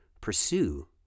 pursue